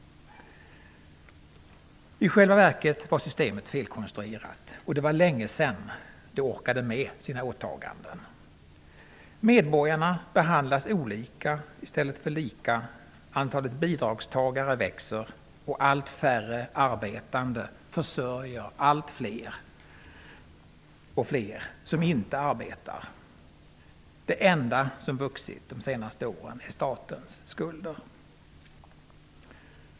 I själva verket var systemet felkonstruerat, och det var länge sedan det orkade med sina åtaganden. Medborgarna behandlas olika i stället för lika. Antalet bidragstagare växer och allt färre arbetande försörjer allt fler som inte arbetar. Det enda som vuxit de senaste åren är statens skulder.